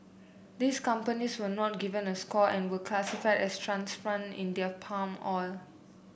these companies were not given a score and were classified as transplant in their palm oil